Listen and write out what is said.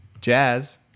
Jazz